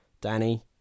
Danny